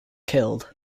killed